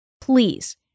please